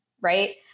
right